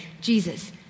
Jesus